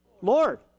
Lord